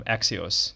Axios